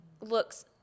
looks